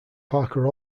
parker